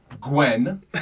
Gwen